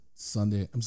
Sunday